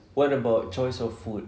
what about choice of food